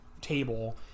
table